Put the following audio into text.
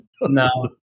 No